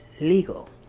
legal